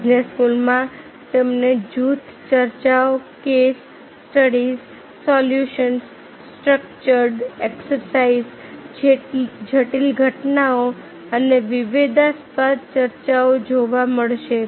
business સ્કૂલોમાં તમને જૂથ ચર્ચાઓ case studies simulations structured exercise જટિલ ઘટનાઓ અને વિવાદાસ્પદ ચર્ચાઓ જોવા મળશે